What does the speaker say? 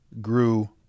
grew